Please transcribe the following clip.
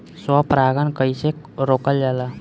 स्व परागण कइसे रोकल जाला?